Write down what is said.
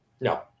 No